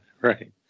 right